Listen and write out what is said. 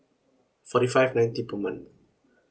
forty five ninety per month